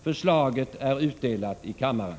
Förslaget är utdelat i kammaren.